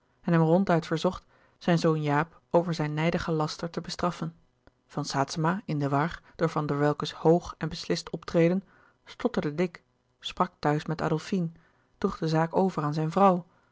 en hem ronduit verzocht zijn zoon jaap over zijn nijdigen laster te bestraffen van saetzema in de war door van der welcke's hoog en beslist optreden stotterde dik sprak thuis met adolfine droeg de zaak over aan zijn vrouw